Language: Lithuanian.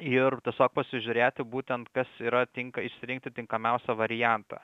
ir tiesiog pasižiūrėti būtent kas yra tinka išsirinkti tinkamiausią variantą